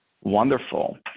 Wonderful